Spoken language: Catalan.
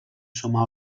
sumar